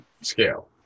scale